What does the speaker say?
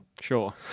sure